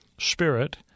spirit